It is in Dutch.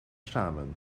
samen